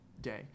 day